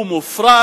הוא מופרט.